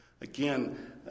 Again